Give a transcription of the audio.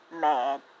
mad